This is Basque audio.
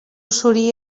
zuri